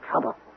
trouble